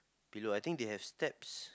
pillow I think they have steps